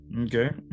Okay